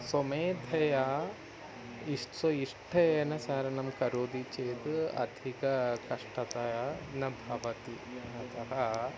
स्वमेधया इस् स्व इष्टेन चारणं करोति चेत् अधिककष्टतया न भवति अतः